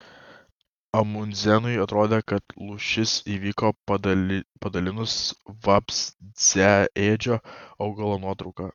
amundsenui atrodė kad lūžis įvyko pasidalinus vabzdžiaėdžio augalo nuotrauka